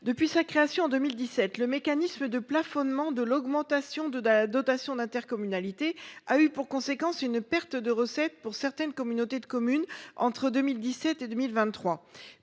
Depuis sa création en 2017, le mécanisme de plafonnement de l’augmentation de la dotation d’intercommunalité a eu pour conséquence une perte de recettes pour certaines communautés de communes entre 2017 et 2023.